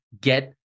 get